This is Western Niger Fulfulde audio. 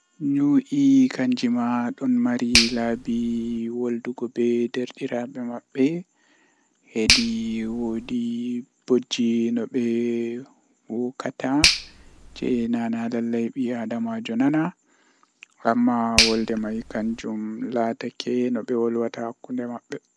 Arande kam mi habdan mi wada no mi wadata pat mi nasta nder mofngal kuugal man, Tomi nasti mi heɓa ɓe yerdake be am yoɓe yerdi be am ɓe accini am ko dume haa juɗe am jotta mi naftiran be yerda jei ɓe wanni am mi huwa kuugal ko waddi am